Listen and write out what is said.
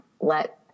Let